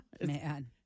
Man